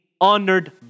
honored